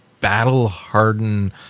battle-hardened